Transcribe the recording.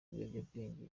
ibiyobyabwenge